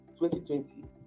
2020